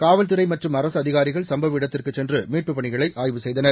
காவல்துறை மற்றும் அரசு அதிகாரிகள் சம்பவ இடத்திற்கு சென்று மீட்புப் பணிகளை ஆய்வு செய்தனர்